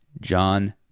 John